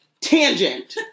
Tangent